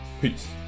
Peace